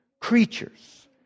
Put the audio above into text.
creatures